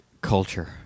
culture